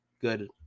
good